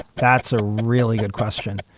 that's a really good question.